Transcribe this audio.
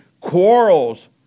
quarrels